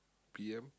P_M